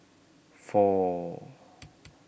four